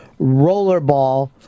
Rollerball